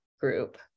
group